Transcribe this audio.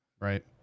Right